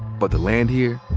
but the land here,